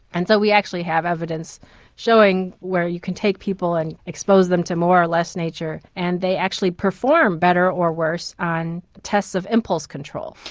and so we actually have evidence showing where you can take people and expose them to more or less nature and they actually perform better or worse on tests of impulse control.